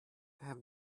have